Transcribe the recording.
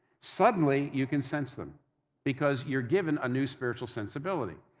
suddenly you can sense them because you're given a new spiritual sensibility.